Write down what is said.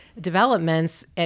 developments